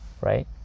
right